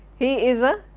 he is a,